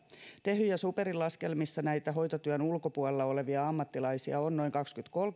tehyn ja superin laskelmissa näitä hoitotyön ulkopuolella olevia ammattilaisia on noin kaksikymmentätuhatta